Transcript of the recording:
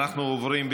אנחנו עוברים,